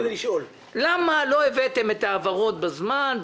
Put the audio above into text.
למה לא הבאתם את העברות בזמן,